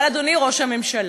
אבל, אדוני ראש הממשלה,